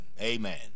Amen